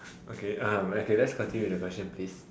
okay uh okay let's continue with the question please